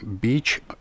Beach